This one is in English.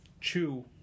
chew